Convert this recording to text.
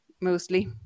mostly